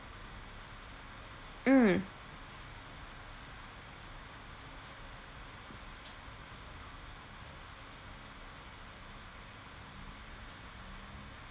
mm